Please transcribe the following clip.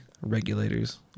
Regulators